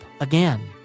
again